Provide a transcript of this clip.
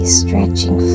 stretching